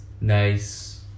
Nice